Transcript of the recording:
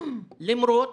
למרות